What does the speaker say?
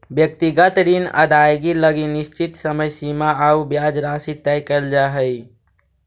व्यक्तिगत ऋण अदाएगी लगी निश्चित समय सीमा आउ ब्याज राशि तय कैल जा हइ